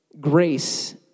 grace